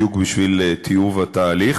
בדיוק בשביל טיוב התהליך,